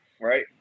right